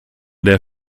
der